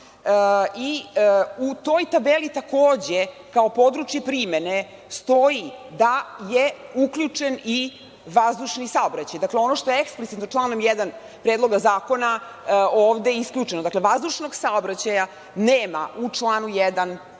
U toj tabeli takođe kao područje primene stoji da je uključen i vazdušni saobraćaj. Dakle, ono što je eksplicitno članom 1. predloga zakona ovde isključeno. Dakle, vazdušnog saobraćaja nema u član u 1. ovog